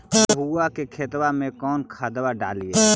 गेहुआ के खेतवा में कौन खदबा डालिए?